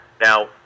Now